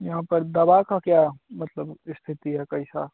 यहाँ पर दवा का क्या मतलब स्थिति है कैसा